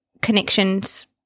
connections